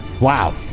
Wow